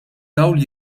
dawl